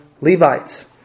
Levites